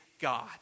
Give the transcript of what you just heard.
God